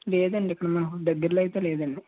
లేదండి ఇప్పుడు మనకి దగ్గరలో అయితే లేదండి